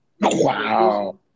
wow